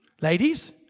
Ladies